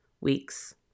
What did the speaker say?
weeks